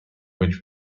which